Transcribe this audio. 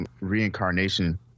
reincarnation